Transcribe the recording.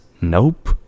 nope